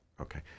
Okay